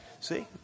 See